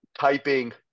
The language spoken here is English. typing